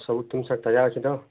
ସବୁ ଜିନିଷ ତୟାର ଅଛି ତ